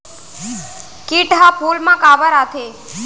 किट ह फूल मा काबर आथे?